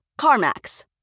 CarMax